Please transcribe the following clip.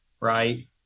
right